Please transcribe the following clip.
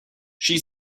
she